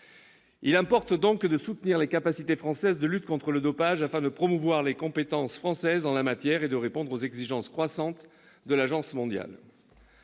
Il importe donc de soutenir les capacités françaises de lutte contre le dopage, afin de promouvoir les compétences françaises en la matière et de répondre aux exigences croissantes de l'agence mondiale.